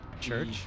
Church